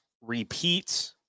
repeat